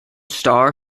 star